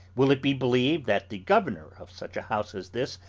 will it be believed that the governor of such a house as this,